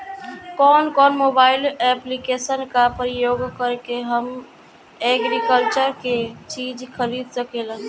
कउन कउन mobile application का प्रयोग करके हम एग्रीकल्चर के चिज खरीद सकिला?